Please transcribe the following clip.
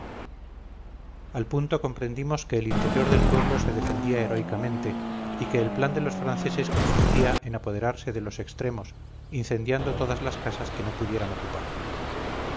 al punto comprendimos que el interior del pueblo se defendía heroicamente y que el plan de los franceses consistía en apoderarse de los extremos incendiando todas las casas que no pudieran ocupar